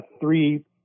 three